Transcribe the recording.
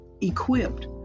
equipped